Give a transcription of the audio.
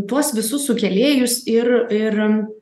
tuos visus sukėlėjus ir ir